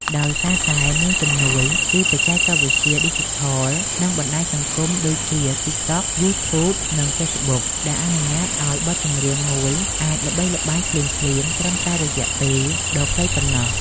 ដោយសារតែមានជំនួយពីបច្ចេកវិទ្យាឌីជីថល និងបណ្ដាញសង្គមដូចជា តិកតក់ យូធូប និង ហ្វេសប៊ុក ដែលអនុញ្ញាតឱ្យបទចម្រៀងមួយអាចល្បីល្បាញភ្លាមៗត្រឹមតែរយៈពេលដ៏ខ្លីប៉ុណ្ណោះ។